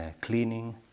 cleaning